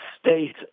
state